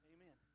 Amen